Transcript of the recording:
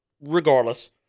regardless